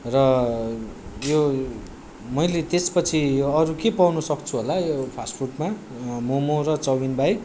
र यो मैले त्यसपछि यो अरू के पाउनु सक्छु होला त्यो फास्ट फुडमा मोमो र चाउमिन बाहेक